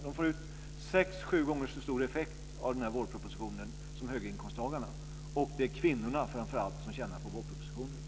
De får sex sju gånger så stor effekt av den här vårpropositionen som höginkomsttagarna. För det andra är det kvinnorna, framför allt, som tjänar på vårpropositionen.